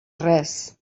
res